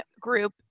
group